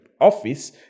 office